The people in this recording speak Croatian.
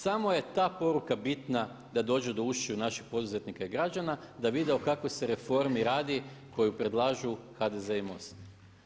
Samo je ta poruka bitna da dođe do ušiju naših poduzetnika i građana da vide o kakvoj se reformi radi koju predlažu HDZ i MOST.